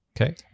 okay